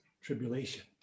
tribulation